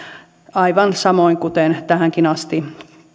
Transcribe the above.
aivan samoin kuten tähänkin asti